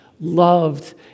loved